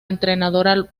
entrenadora